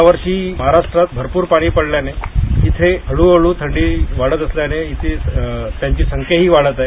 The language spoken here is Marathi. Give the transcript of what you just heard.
यावर्षी महाराष्ट्रात भरपूर पाणी पडल्याने इथे हळूहळू थंडी वाढत असल्याने त्यांची संख्याही वाढत आहे